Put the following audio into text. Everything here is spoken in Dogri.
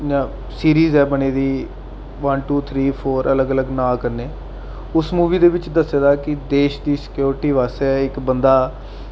इ'यां सीरीज ऐ बनी दी वन टू थ्री फोर अलग अलग नांऽ कन्नै उस मूवी दे बिच दस्से दा ऐ कि देश दी सिक्योरिटी आस्तै इक बंदा